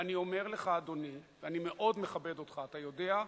ואני אומר לך, ואני מאוד מכבד אותך, אתה יודע: